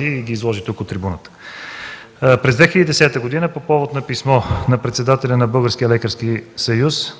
и ги изложи тук от трибуната. През 2010 г. по повод на писмо на председателя на Българския лекарски съюз